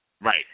Right